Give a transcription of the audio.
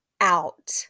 out